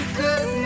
good